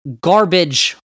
garbage